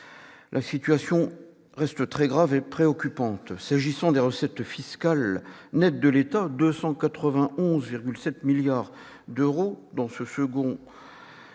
La situation reste très grave et préoccupante. S'agissant des recettes fiscales nettes de l'État, 291,7 milliards d'euros, leur révision